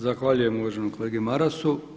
Zahvaljujem uvaženom kolegi Marasu.